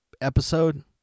episode